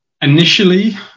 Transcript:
Initially